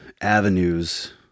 avenues